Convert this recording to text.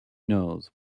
knows